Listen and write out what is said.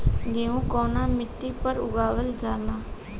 गेहूं कवना मिट्टी पर उगावल जाला?